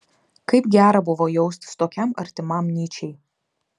kaip gera buvo jaustis tokiam artimam nyčei